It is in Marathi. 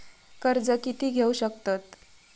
कर्ज कीती घेऊ शकतत?